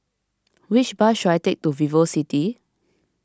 which bus should I take to VivoCity